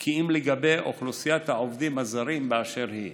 כי אם על אוכלוסיית העובדים הזרים באשר היא.